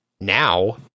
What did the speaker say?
now